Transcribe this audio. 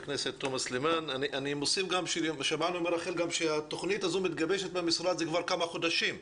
אני מוסיף שגם שמענו מרחל שהתוכנית הזו מתגבשת במשרד כבר כמה חודשים.